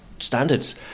standards